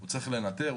הוא צריך לנטר,